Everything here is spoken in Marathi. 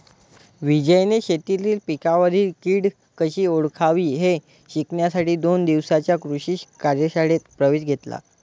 विजयने शेतीतील पिकांवरील कीड कशी ओळखावी हे शिकण्यासाठी दोन दिवसांच्या कृषी कार्यशाळेत प्रवेश घेतला